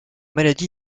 maladie